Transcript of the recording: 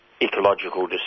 ecological